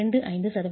25 சதவீதம்